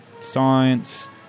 science